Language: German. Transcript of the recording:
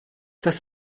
das